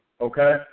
okay